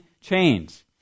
chains